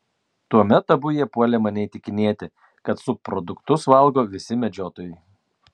tuomet abu jie puolė mane įtikinėti kad subproduktus valgo visi medžiotojai